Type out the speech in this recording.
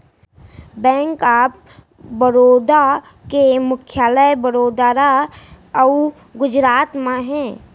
bank of Baroda के मुख्यालय बड़ोदरा अउ गुजरात म हे